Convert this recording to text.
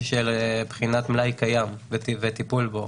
מאוד של בחינת מלאי קיים וטיפול בו.